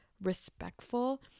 respectful